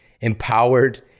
empowered